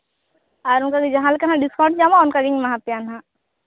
ᱟᱨ ᱚᱱᱠᱟᱜᱮ ᱡᱟᱦᱟᱸ ᱞᱮᱠᱟ ᱦᱟᱸᱜ ᱰᱤᱥᱠᱟᱣᱩᱱᱴ ᱧᱟᱢᱚᱜᱼᱟ ᱚᱱᱠᱟ ᱜᱤᱧ ᱮᱢᱟ ᱯᱮᱭᱟ ᱦᱟᱸᱜ